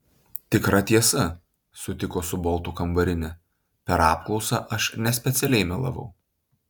tikra tiesa sutiko su boltu kambarinė per apklausą aš nespecialiai melavau